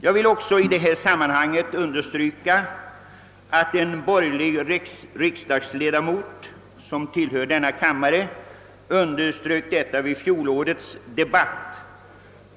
Jag vill nämna att en borgerlig riksdagsledamot som tillhör denna kammare vid fjolårets debatt framhöll följande.